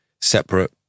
separate